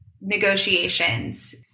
negotiations